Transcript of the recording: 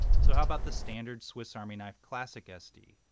so how about the standard swiss army knife classic sd.